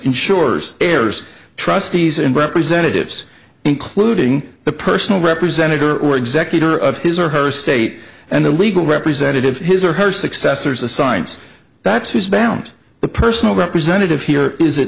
insurers heirs trustees and representatives including the personal representative or or executor of his or her state and the legal representative his or her successors assigns that's who's bound the personal representative here is at